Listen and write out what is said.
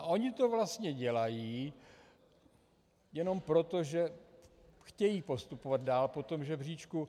Ony to vlastně dělají jenom proto, že chtějí postupovat dále po tom žebříčku.